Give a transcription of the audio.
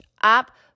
up